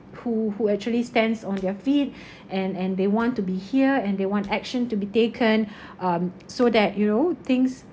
who who actually stands on their feet and and they want to be hear and they want action to be taken um so that you know things